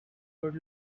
good